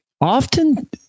often